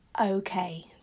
okay